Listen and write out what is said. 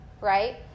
Right